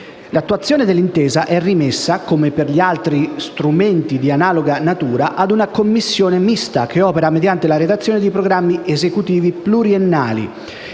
L'attuazione dell'intesa è rimessa, come per altri strumenti di analoga natura, ad una commissione mista, che opera mediante la redazione di programmi esecutivi pluriennali,